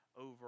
over